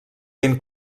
ben